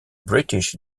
british